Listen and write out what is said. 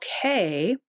okay